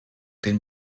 den